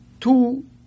two